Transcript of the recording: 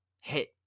hit